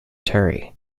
terry